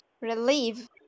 Relieve